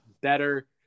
better